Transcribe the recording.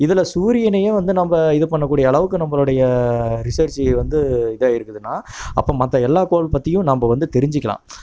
இதில் சூரியனையும் வந்து நம்ம இது பண்ணக்கூடிய அளவுக்கு நம்மளோடைய ரிசர்ஜ் வந்து இதாக இருக்குதுன்னா அப்போ மற்ற எல்லா கோள் பற்றியும் நம்ம வந்து தெரிஞ்சிக்கலாம்